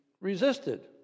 resisted